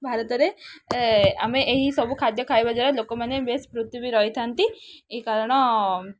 ଭାରତରେ ଆମେ ଏହି ସବୁ ଖାଦ୍ୟ ଖାଇବା ଦ୍ୱାରା ଲୋକମାନେ ବେଶ ବୃତ୍ତି ବି ରହିଥାନ୍ତି ଏ କାରଣ